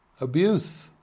abuse